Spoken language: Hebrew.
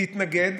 להתנגד.